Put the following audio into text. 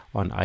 on